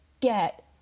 get